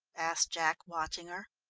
asked jack, watching her.